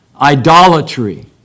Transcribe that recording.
idolatry